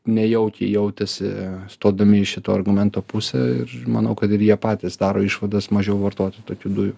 nejaukiai jautėsi stodami į šito argumento pusę ir manau kad ir jie patys daro išvadas mažiau vartoti tokių dujų